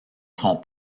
son